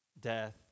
Death